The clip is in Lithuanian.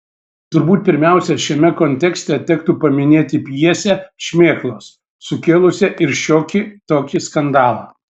turbūt pirmiausia šiame kontekste tektų paminėti pjesę šmėklos sukėlusią ir šiokį tokį skandalą